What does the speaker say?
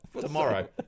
Tomorrow